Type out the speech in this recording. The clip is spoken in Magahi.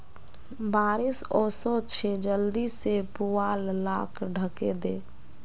बारिश ओशो छे जल्दी से पुवाल लाक ढके दे